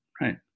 Right